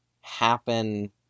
happen